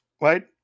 right